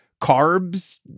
Carbs